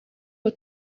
ubu